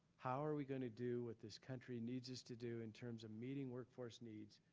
how are we gonna do what this country needs us to do in terms of meeting workforce needs,